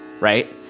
Right